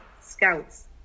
scouts